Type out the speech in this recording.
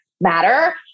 matter